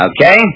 Okay